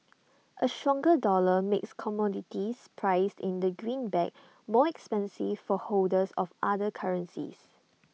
A stronger dollar makes commodities priced in the greenback more expensive for holders of other currencies